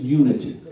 unity